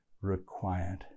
required